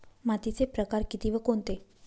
मातीचे प्रकार किती व कोणते?